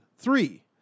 Three